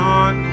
on